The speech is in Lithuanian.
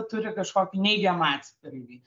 turi kažkokį neigiamą atspalvį